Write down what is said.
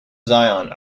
zion